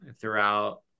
throughout